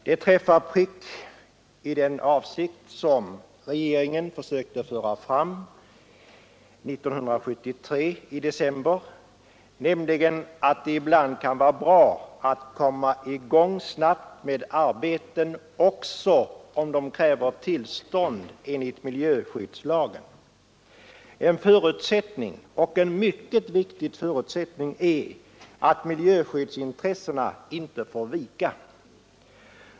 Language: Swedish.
Det träffar prick i den avsikt som regeringen försökte föra fram i december 1973, nämligen att det ibland kan vara bra att komma i gång snabbt med arbeten också om de kräver tillstånd enligt miljöskyddslagen. En förutsättning — och en mycket viktig sådan — är att miljöskyddsintressena inte får vika.